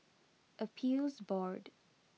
Appeals Board